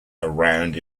around